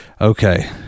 okay